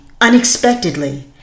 unexpectedly